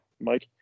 mike